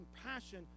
compassion